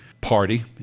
party